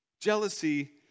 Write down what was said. Jealousy